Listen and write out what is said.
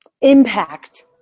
impact